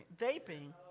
vaping